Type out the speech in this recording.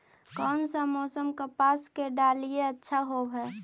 कोन सा मोसम कपास के डालीय अच्छा होबहय?